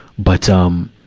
but, um,